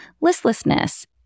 listlessness